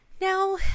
Now